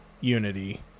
unity